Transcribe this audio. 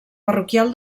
parroquial